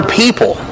people